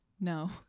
no